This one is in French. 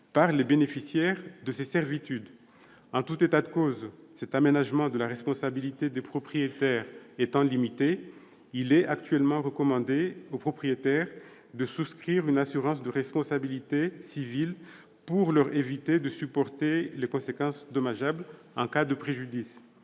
par les bénéficiaires de ces servitudes. En tout état de cause, cet aménagement de la responsabilité des propriétaires étant limité, il est actuellement recommandé aux propriétaires de souscrire une assurance de responsabilité civile pour leur éviter de supporter les conséquences dommageables en cas de préjudice.